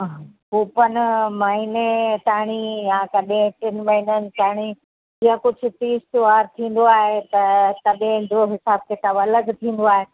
coupon महीने तांणी या कॾहिं टिनि महीननि तांणी या कुझु तीज त्योहार थींदो आहे त तॾहिं जो बि हिसाब किताब अलॻि थींदो आहे